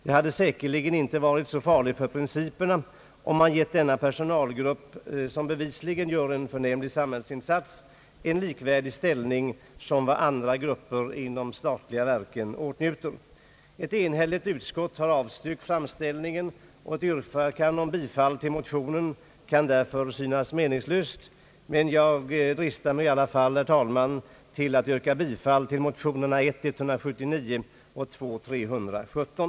Det hade säkerligen inte varit farligt för principerna, om man ger denna personalkategori, som bevisligen gör en förnämlig samhällsinsats, en ställning som är likvärdig med andra gruppers. Ett enhälligt utskott har avstyrkt framställningen, och ett yrkande om bifall till motionerna kan därför synas meningslös. Jag dristar mig i alla fall, herr talman, att yrka bifall till motionerna I: 179 och II: 317.